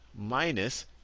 minus